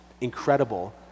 incredible